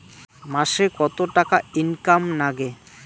মাসে কত টাকা ইনকাম নাগে?